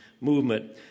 movement